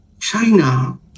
China